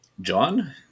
John